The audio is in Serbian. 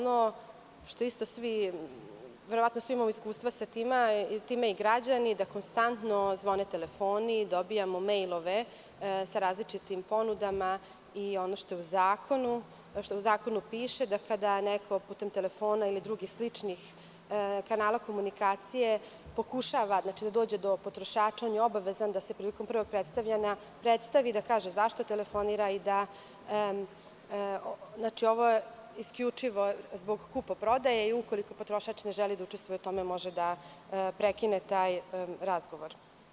Verovatno svi imaju iskustva, pa i građani da konstantno zvone telefoni dobijamo mejlove sa različitim ponudama, ono što u zakonu piše da kada neko putem telefona ili nekih sličnih kanala komunikacije, pokušava da dođe do potrošača, obavezan je da se prilikom predstavljanja da se predstavi i da kaže zašto telefonira, i to je isključivo zbog kupoprodaje, a ukoliko potrošač ne želi da učestvuje u tome, može da prekine taj razgovor.